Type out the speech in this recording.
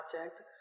object